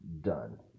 Done